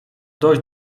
dość